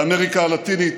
באמריקה הלטינית,